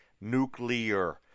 Nuclear